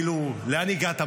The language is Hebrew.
לאן הגעת?